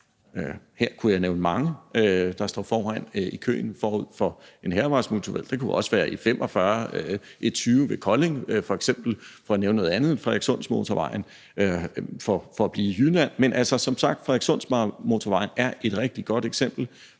Her kunne jeg nævne mange, der står foran i køen forud for en hærvejsmotorvej. Det kunne også være E45 eller E20 ved Kolding f.eks. for nævne noget andet end Frederikssundmotorvejen og for at blive i Jylland. Men som sagt: Frederikssundmotorvejen er et rigtig godt eksempel